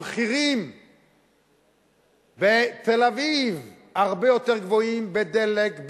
המחירים בתל-אביב הרבה יותר גבוהים בדלק,